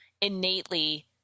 innately